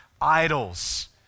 idols